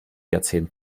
jahrzehnt